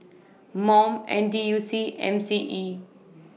Mom N T U C M C E